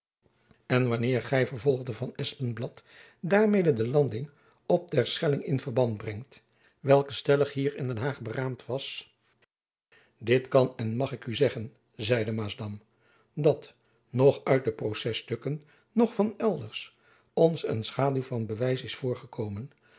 en wanneer gy vervolgde van espenblad daarmede de landing op ter schelling in verband brengt welke stellig hier in den haag beraamd was dit kan en mag ik u zeggen zeide maasdam dat noch uit de processtukken noch van elders ons een schaduw van bewijs is